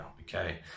okay